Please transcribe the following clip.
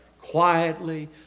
Quietly